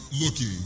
Looking